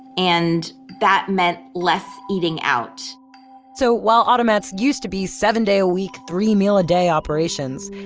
and that meant less eating out so, while automats used to be seven day a week, three meal a day operations,